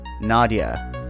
Nadia